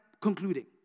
concluding